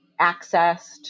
accessed